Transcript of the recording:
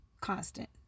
constant